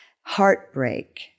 heartbreak